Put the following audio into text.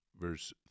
verse